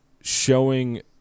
showing